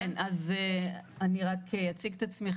כן אני אז אני רק אציג את עצמי,